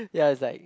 ya is like